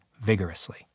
vigorously